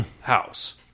house